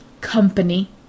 company